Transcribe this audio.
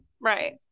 Right